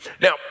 Now